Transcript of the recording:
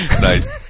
Nice